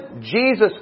Jesus